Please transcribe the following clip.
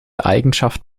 eigenschaft